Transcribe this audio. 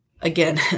again